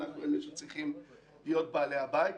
אנחנו אלה שצריכים להיות בעלי הבית.